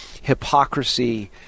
hypocrisy